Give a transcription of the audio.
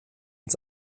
ins